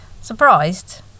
Surprised